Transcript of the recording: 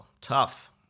Tough